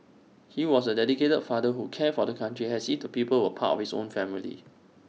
he was A dedicated father who cared for the country as if the people were part of his own family